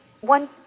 One